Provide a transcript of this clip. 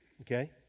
okay